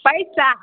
पैसा